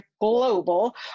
Global